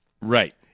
Right